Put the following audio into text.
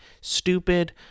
stupid